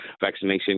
vaccination